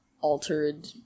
altered